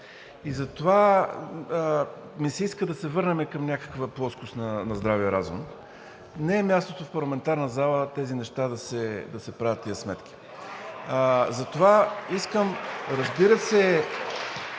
И затова ми се иска да се върнем към някаква плоскост на здравия разум. Не е мястото в парламентарна зала за тези неща, да се правят тези сметки. (Ръкопляскания от